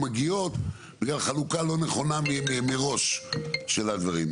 מגיעים בגלל חלוקה לא נכונה מראש של הדברים.